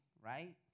right